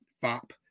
fop